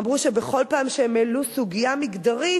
אמרו שבכל פעם שהן העלו סוגיה מגדרית,